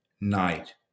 night